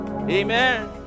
Amen